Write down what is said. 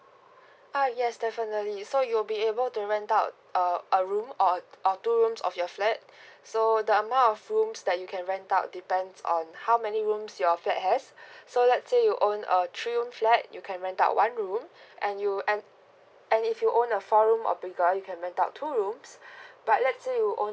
ah yes definitely so you'll be able to rent out a a room uh or two rooms of your flat so the amount of rooms that you can rent out depends on how many rooms your flat has so lets say you own a a three room flat you can rent out one room and you and and if you own a four room or bigger you can rent out two rooms but let say you own